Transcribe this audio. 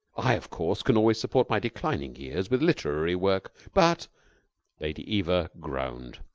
i, of course, can always support my declining years with literary work, but lady eva groaned.